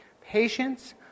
patience